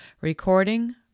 Recording